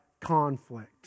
conflict